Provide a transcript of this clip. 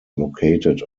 located